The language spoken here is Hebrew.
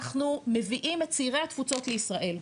אנחנו מביאים את צעירי התפוצות לישראל.